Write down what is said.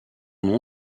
nom